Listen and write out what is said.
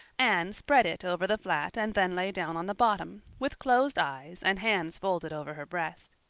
anne spread it over the flat and then lay down on the bottom, with closed eyes and hands folded over her breast.